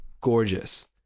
gorgeous